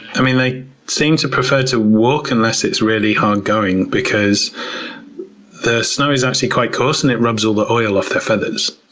and they seem to prefer to walk unless it's really hard going because the snow is actually quite coarse, and it rubs all the oil off their feathers,